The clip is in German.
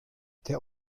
der